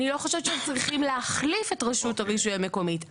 אני לא חושבת שהם צריכים להחליף את רשות הרישוי המקומית.